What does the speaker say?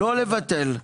לא לבטל.